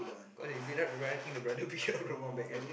cause you beat up the brother think the brother beat up the mum back ah